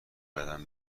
بدم